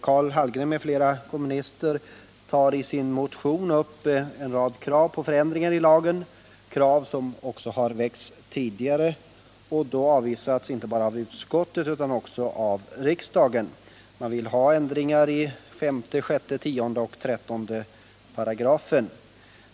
Karl Hallgren m.fl. kommunister tar i sin motion upp en rad krav på förändringar av lagen, krav som också väckts tidigare och då avvisats inte bara av utskottet utan också av riksdagen. De vill ha en förändring av 5,6, 10 och 13 §§.